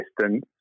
distance